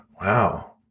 wow